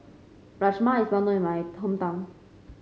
Rajma is well known in my hometown